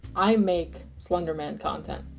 i make slender man content,